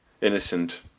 innocent